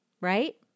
right